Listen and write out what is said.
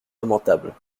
lamentable